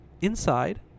inside